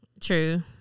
True